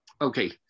Okay